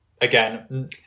Again